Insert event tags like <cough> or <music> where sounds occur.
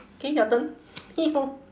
K your turn <noise>